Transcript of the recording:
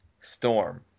storm